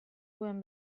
duen